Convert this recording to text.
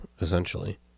essentially